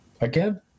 again